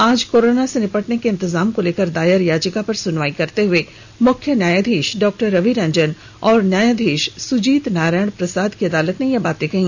आज कोरोना से निपटने के इंतजाम को लेकर दायर याचिका पर सुनवाई करते हुए मुख्य न्यायधीश डॉ रवि रंजन और न्यायधीष सुजीत नारायण प्रसाद की अदालत ने ये बातें कहीं